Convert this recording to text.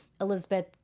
Elizabeth